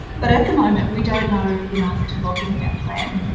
but at the moment we don't know enough to lock in their plan.